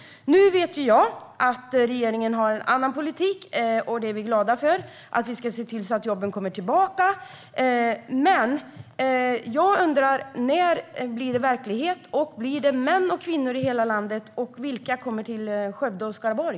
Nu vet jag att regeringen har en annan politik, och det är vi glada för. Vi ska se till att jobben kommer tillbaka. Men jag undrar: När blir det verklighet? Gäller det män och kvinnor i hela landet? Och vilka jobb kommer till Skövde och Skaraborg?